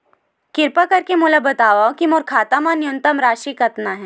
किरपा करके मोला बतावव कि मोर खाता मा न्यूनतम राशि कतना हे